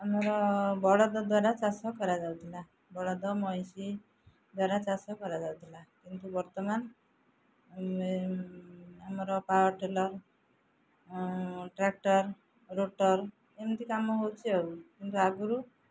ଆମର ବଳଦ ଦ୍ୱାରା ଚାଷ କରାଯାଉଥିଲା ବଳଦ ମଇଁଷି ଦ୍ୱାରା ଚାଷ କରାଯାଉଥିଲା କିନ୍ତୁ ବର୍ତ୍ତମାନ ଆମର ପାୱାର୍ ଟିଲର୍ ଟ୍ରାକ୍ଟର୍ ରୋଟର୍ ଏମିତି କାମ ହେଉଛି ଆଉ କିନ୍ତୁ ଆଗରୁ